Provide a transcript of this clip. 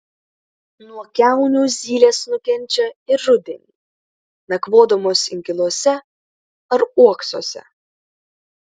nuo kiaunių zylės nukenčia ir rudenį nakvodamos inkiluose ar uoksuose